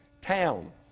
town